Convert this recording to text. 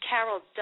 Carol